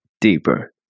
Deeper